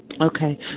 Okay